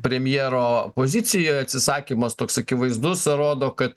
premjero pozicijoj atsisakymas toks akivaizdus rodo kad